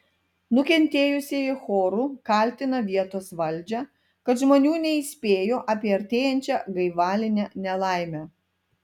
nukentėjusieji choru kaltina vietos valdžią kad žmonių neįspėjo apie artėjančią gaivalinę nelaimę